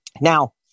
Now